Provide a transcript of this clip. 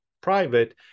private